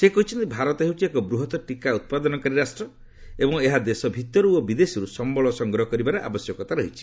ସେ କହିଛନ୍ତି ଭାରତ ହେଉଛି ଏକ ବୃହତ୍ ଟିକା ଉତ୍ପାଦନକାରୀ ରାଷ୍ଟ୍ର ଏବଂ ଏହା ଦେଶ ଭିତରୁ ଓ ବିଦେଶରୁ ସମ୍ଭଳ ସଂଗ୍ରହ କରିବାର ଆବଶ୍ୟକତା ରହିଛି